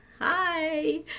Hi